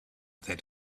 that